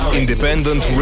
independent